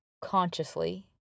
consciously